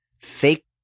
fake